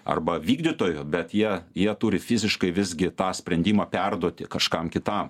arba vykdytojo bet jie jie turi fiziškai visgi tą sprendimą perduoti kažkam kitam